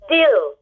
Deal